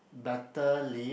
better leave